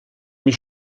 mich